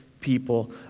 people